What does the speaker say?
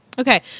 Okay